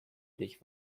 dich